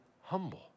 humble